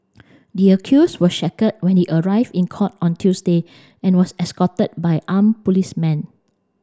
the accused was shackled when he arrived in court on Tuesday and was escorted by arm policemen